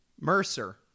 Mercer